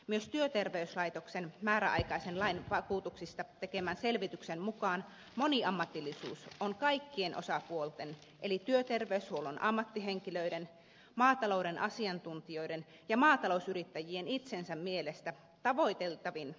myös työterveyslaitoksen määräaikaisen lain vakuutuksista tekemän selvityksen mukaan moniammatillisuus on kaikkien osapuolten eli työterveyshuollon ammattihenkilöiden maatalouden asiantuntijoiden ja maatalousyrittäjien itsensä mielestä tavoiteltavin toimintatapa tilakäynnille